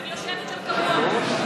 אני יושבת שם קבוע.